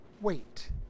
wait